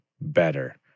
better